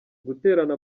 guterana